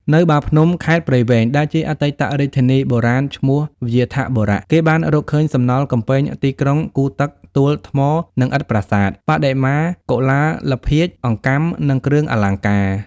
នៅបាភ្នំ ខេត្តព្រៃវែង ដែលជាអតីតរាជធានីបុរាណឈ្មោះ វ្យាធបុរៈ គេបានរកឃើញសំណល់កំពែងទីក្រុង គូទឹក ទួល ថ្មនិងឥដ្ឋប្រាសាទ បដិមា កុលាលភាជន៍ អង្កាំ និងគ្រឿងអលង្ការ។